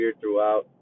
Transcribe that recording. throughout